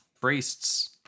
Priests